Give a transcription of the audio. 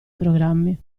programmi